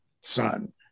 son